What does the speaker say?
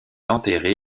enterré